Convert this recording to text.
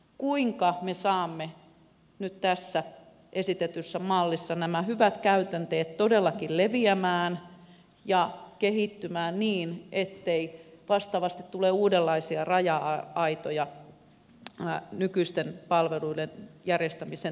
kuinka me saamme nyt tässä esitetyssä mallissa nämä hyvät käytänteet todellakin leviämään ja kehittymään niin ettei vastaavasti tule uudenlaisia raja aitoja nykyisten palveluiden järjestämisen tilalle